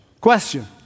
Question